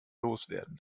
loswerden